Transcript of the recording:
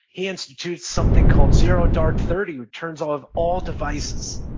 he institutes something called zero dark thirty who turns off all devices,